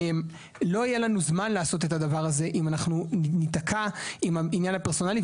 לא יהיה לנו זמן לעשות את הדבר הזה אם אנחנו ניתקע עם העניין הפרסונלי.